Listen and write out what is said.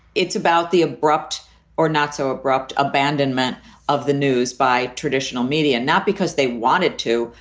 it's about the abrupt or not so abrupt abandonment of the news by traditional media, not because they wanted to,